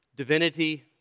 divinity